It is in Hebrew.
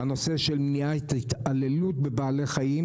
את הנושא של מניעת התעללות בבעלי-חיים,